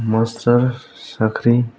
master साख्रि